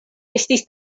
estis